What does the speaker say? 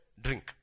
drink